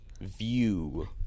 view